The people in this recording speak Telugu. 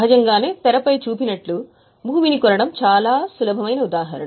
సహజంగానే తెరపై చూపినట్టు భూమిని కొనడం చాలా సులభమైన ఉదాహరణ